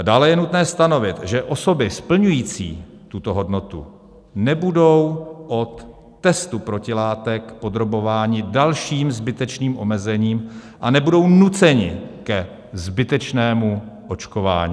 Dále je nutné stanovit, že osoby splňující tuto hodnotu nebudou od testu protilátek podrobovány dalším zbytečným omezením a nebudou nuceny ke zbytečnému očkování.